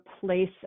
place